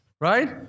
Right